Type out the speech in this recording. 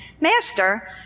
Master